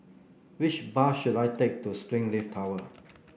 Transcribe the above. which bus should I take to Springleaf Tower